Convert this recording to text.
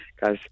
guys